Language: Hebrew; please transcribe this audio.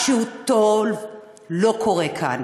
משהו לא טוב קורה כאן,